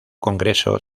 congreso